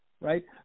Right